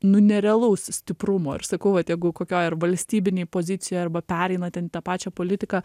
nu nerealaus stiprumo ir sakau vat jeigu kokioj ar valstybinėj pozicijoj arba pereina ten į tą pačią politiką